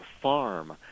Farm